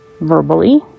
verbally